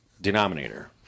denominator